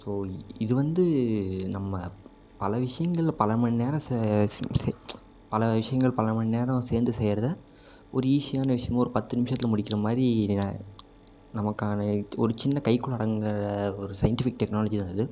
so இது வந்து நம்ம பல விஷயங்கள்ல பல மணி நேர ச பல விஷயங்கள் பல மணி நேரம் சேர்ந்து செய்கிறத ஒரு ஈஸியான விஷயமா ஒரு பத்து நிமிஷத்தில் முடிக்கிற மாதிரி நமக்கான ஒரு சின்ன கைக்குள் அடங்குகிற ஒரு சயின்டிஃபிக் டெக்னாலஜி தான் அது